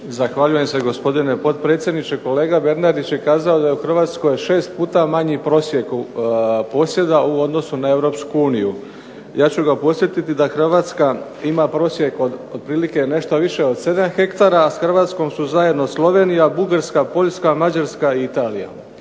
Zahvaljujem se gospodine potpredsjedniče. Kolega Bernardić je kazao da je u Hrvatskoj 6 puta manji prosjek posjeda u odnosu na EU. Ja ću ga podsjetiti da Hrvatska ima prosjek od otprilike nešto više od 7 hektara, a s Hrvatskom su zajedno Slovenija, Bugarska, Poljska, Mađarska i Italija.